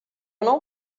não